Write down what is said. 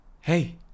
Hey